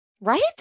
right